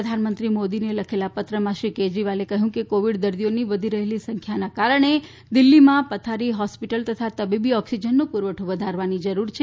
પ્રધાનમંત્રી મોદીને લખેલા પત્રમાં શ્રી કેજરીવાલે કહ્યું કે કોવિડ દર્દીઓની વધી રહેલી સંખ્યાના કારણે દિલ્ફીમાં પથારી હોસ્પિટલ તથા તબીબી ઓક્સિજનનો પુરવઠો વધારવાની જરૂર છે